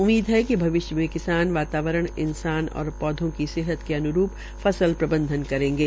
उम्मीद है कि भविष्य में किसान वातावरण इंसान और पौधों की सेहत के अन्रूप फसल प्रबंधन करेंगे